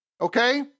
okay